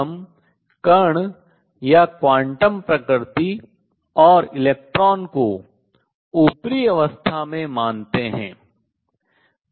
जब हम कण या क्वांटम प्रकृति और इलेक्ट्रॉन को ऊपरी अवस्था में मानते हैं